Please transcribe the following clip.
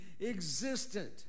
existent